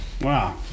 Wow